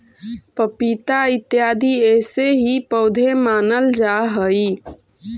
पपीता इत्यादि ऐसे ही पौधे मानल जा हई